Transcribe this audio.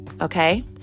okay